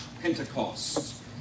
Pentecost